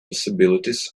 possibilities